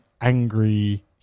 angry